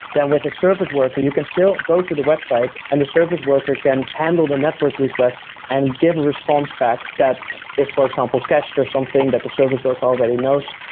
then with a service worker you can still go to the website and the service worker can handle the network requests and give a response back that is for example, cached or something that the service worker already knows.